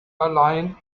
allein